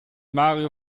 mario